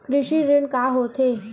कृषि ऋण का होथे?